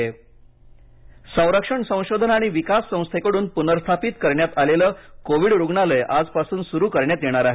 D R D O संरक्षण संशोधन आणि विकास संस्थेकडून पुनर्स्थापित करण्यात आलेले कोविड रुग्णालय आजपासून सुरु करण्यात येणार आहे